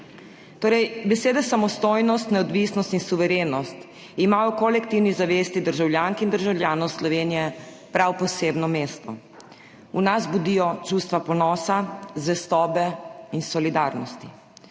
SD): Besede samostojnost, neodvisnost in suverenost imajo v kolektivni zavesti državljank in državljanov Slovenije prav posebno mesto. V nas budijo čustva ponosa, zvestobe in solidarnosti.